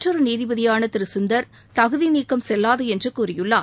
மற்றொரு நீதிபதியான சுந்தர் தகுதி நீக்கம் செல்லாது என்று கூறியுள்ளார்